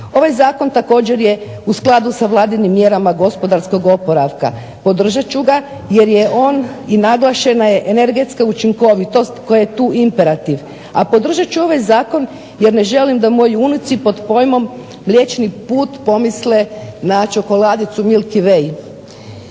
Ovaj zakon također je u skladu sa Vladinim mjerama gospodarskog oporavka. Podržat ću ga jer je on i naglašena je energetska učinkovitost koja je tu imperativ, a podržat ću ovaj zakon jer ne želim da moji unuci pod pojmom mliječni put pomisle na čokoladicu milky way.